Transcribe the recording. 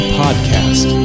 podcast